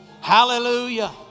hallelujah